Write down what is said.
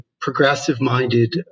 progressive-minded